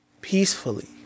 peacefully